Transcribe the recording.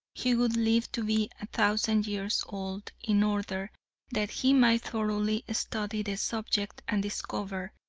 he would live to be a thousand years old. in order that he might thoroughly study the subject and discover,